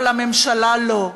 אבל הממשלה לא,